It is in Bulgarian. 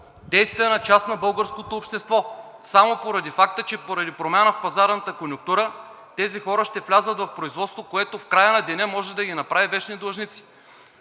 действена част от българското общество само поради факта, че поради промяна в пазарната конюнктура тези хора ще влязат в производство, което в края на деня може да ги направи вечни длъжници.